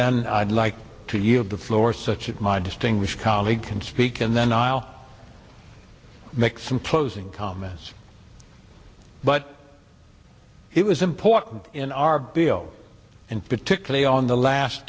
then i'd like to yield the floor such that my distinguished colleague can speak and then i'll make some closing comments but it was important in our bill and particularly on the last